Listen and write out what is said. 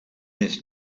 this